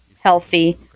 healthy